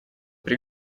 при